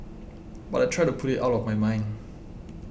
but I try to put it out of my mind